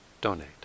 donate